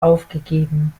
aufgegeben